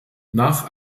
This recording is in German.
nach